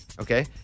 Okay